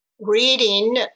reading